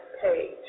page